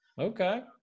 okay